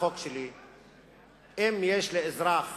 אם יש לאזרח